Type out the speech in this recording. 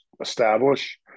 establish